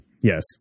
yes